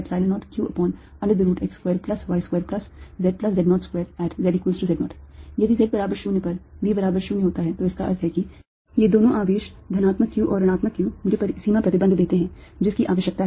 zz0 यदि z बराबर 0 पर V बराबर 0 होता है तो इसका अर्थ है कि ये दोनों आवेश धनात्मक q और ऋणात्मक q मुझे परिसीमा प्रतिबंध देते हैं जिसकी आवश्यकता है